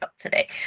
today